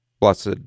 blessed